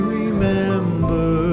remember